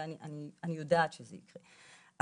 אני יודעת שזה יקרה,